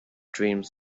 dreams